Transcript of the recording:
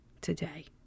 today